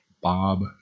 Bob